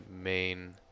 main